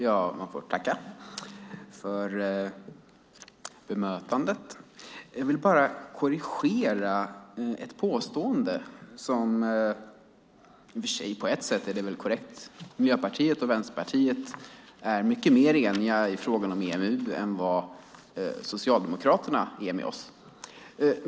Fru talman! Jag får tacka för bemötandet. Jag vill bara korrigera ett påstående som i och för sig på ett sätt är korrekt - Miljöpartiet och Vänsterpartiet är mycket mer eniga med varandra i frågan om EMU än vad Socialdemokraterna är med oss.